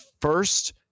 first